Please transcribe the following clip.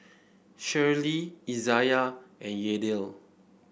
Shirlee Izayah and Yadiel